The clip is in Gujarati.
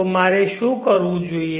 તો મારે શું કરવું જોઈએ